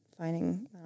finding